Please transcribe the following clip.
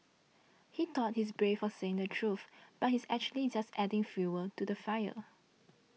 he thought he's brave for saying the truth but he's actually just adding fuel to the fire